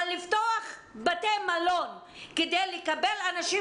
אבל לפתוח בתי מלון כדי לקבל אנשים